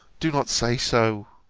do not say so!